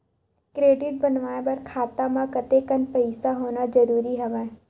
Credit बनवाय बर खाता म कतेकन पईसा होना जरूरी हवय?